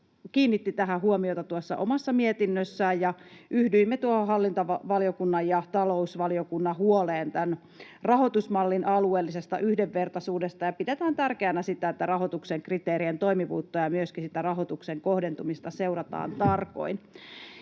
kiinnitti tähän huomiota omassa mietinnössään. Yhdyimme hallintovaliokunnan ja talousvaliokunnan huoleen tämän rahoitusmallin alueellisesta yhdenvertaisuudesta. Pidämme tärkeänä sitä, että rahoituksen kriteerien toimivuutta ja myöskin sitä rahoituksen kohdentumista seurataan tarkoin.